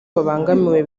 babangamiwe